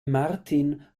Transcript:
martin